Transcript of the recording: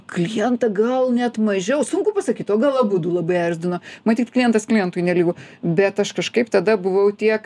klientą gal net mažiau sunku pasakyt o gal abudu labai erzdino matyt klientas klientui nelygu bet aš kažkaip tada buvau tiek